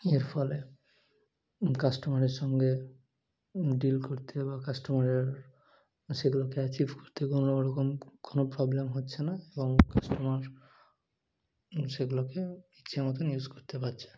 এর ফলে কাস্টমারের সঙ্গে ডিল করতে বা কাস্টমারের সেগুলোকে অ্যাচিভ করতে কোনোরকম কোনো প্রবলেম হচ্ছে না এবং কাস্টমার সেগুলোকে ইচ্ছে মতন ইউজ করতে পারছে